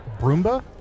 broomba